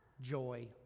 joy